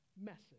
message